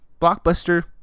blockbuster